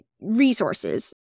resources